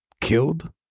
killed